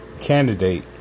candidate